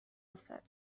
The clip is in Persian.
افتد